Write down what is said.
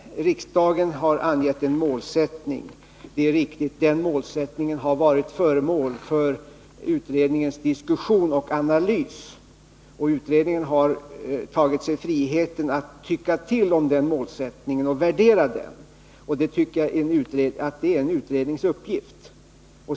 Riksdagen har angett en målsättning — det är riktigt. Den målsättningen har varit föremål för utredningens diskussion och analys. Utredningen har tagit sig friheten att ”tycka till” om denna målsättning och värdera den, och jag tycker att det är en utrednings uppgift.